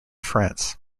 france